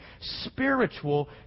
spiritual